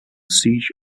siege